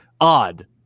odd